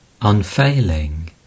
unfailing